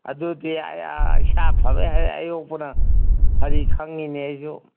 ꯑꯗꯨꯗꯤ ꯏꯁꯥ ꯐꯕꯒꯤ ꯐꯔꯤ ꯈꯪꯉꯤꯅꯦ ꯑꯩꯁꯨ